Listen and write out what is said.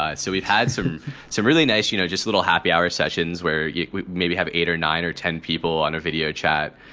ah so we've had some some really nice, you know, just little happy hour sessions where we maybe have eight or nine or ten people on a video chat.